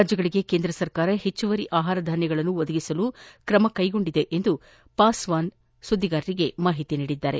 ರಾಜ್ಯಗಳಿಗೆ ಕೇಂದ್ರ ಸರ್ಕಾರ ಹೆಚ್ಚುವರಿ ಆಹಾರ ಧಾನ್ಯಗಳನ್ನು ಒದಗಿಸಲು ್ರಮ ಕೈಗೊಳ್ಳಲಾಗಿದೆ ಎಂದು ಪಾಸ್ವಾನ್ ಸುದ್ದಿಗಾರರಿಗೆ ಮಾಹಿತಿ ನೀಡಿದರು